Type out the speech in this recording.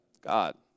God